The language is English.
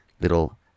little